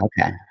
Okay